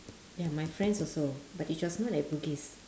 ya my friends also but it was not at bugis